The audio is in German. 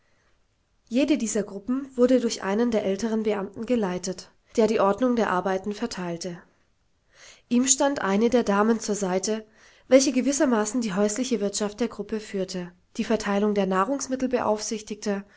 jede dieser gruppen wurde durch einen der älteren beamten geleitet der die ordnung der arbeiten verteilte ihm stand eine der damen zur seite welche gewissermaßen die häusliche wirtschaft der gruppe führte die verteilung der nahrungsmittel beaufsichtigte